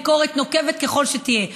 ביקורת נוקבת כלל שתהיה,